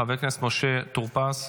חבר הכנסת משה טור פז,